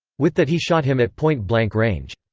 with that he shot him at point blank range.